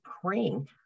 praying